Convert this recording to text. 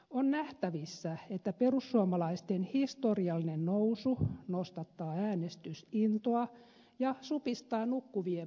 on nähtävissä että perussuomalaisten historiallinen nousu nostattaa äänestysintoa ja supistaa nukkuvien puoluetta